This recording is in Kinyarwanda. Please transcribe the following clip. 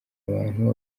abantu